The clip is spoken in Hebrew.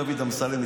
דוד אמסלם,